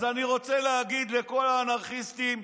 אז אני רוצה להגיד לכל האנרכיסטים,